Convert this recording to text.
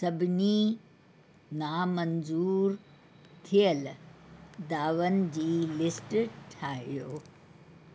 सभिनी नामंज़ूर थियल दावनि जी लिस्ट ठाहियो